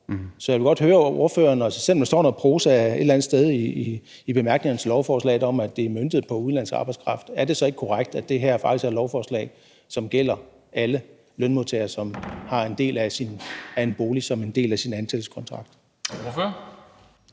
Så jeg vil godt høre ordføreren: Selv om der står noget prosa et eller andet sted i bemærkningerne til lovforslaget om, at det er møntet på udenlandsk arbejdskraft, er det så ikke korrekt, at det her faktisk er et lovforslag, som gælder alle lønmodtagere, som har en bolig som en del af sin ansættelseskontrakt?